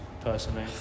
Personally